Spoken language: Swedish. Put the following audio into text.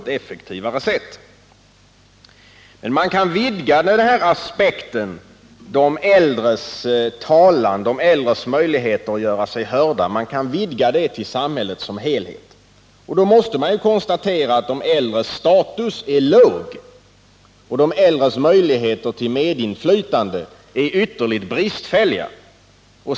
Man kan vidga den här aspekten i fråga om de äldres talan och de äldres möjligheter att göra sig hörda till att omfatta samhället som helhet. I så fall kan man konstatera att de äldres status är låg och de äldres möjligheter till medinflytande är ytterligt bristfälliga.